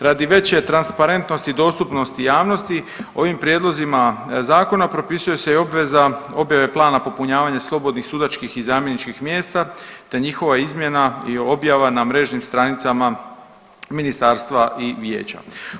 Radi veće transparentnosti i dostupnosti javnosti ovim prijedlozima zakona propisuje se i obveza objave plana slobodnih sudačkih i zamjeničkih mjesta te njihova izmjena i objava na mrežnim stranicama ministarstva i vijeća.